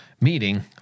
meeting